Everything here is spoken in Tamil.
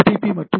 பி மற்றும் ஹெச்